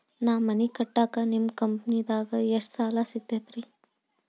ನಾ ಮನಿ ಕಟ್ಟಾಕ ನಿಮ್ಮ ಕಂಪನಿದಾಗ ಎಷ್ಟ ಸಾಲ ಸಿಗತೈತ್ರಿ?